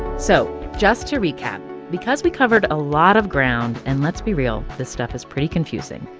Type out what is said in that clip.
so just to recap, because we covered a lot of ground and, let's be real, this stuff is pretty confusing,